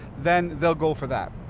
then they'll go for that.